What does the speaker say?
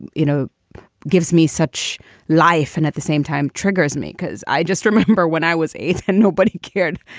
you you know, it gives me such life and at the same time triggers me because i just remember when i was eight and nobody cared.